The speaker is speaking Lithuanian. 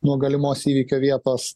nuo galimos įvykio vietos